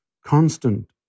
constant